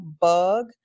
bug